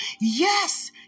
Yes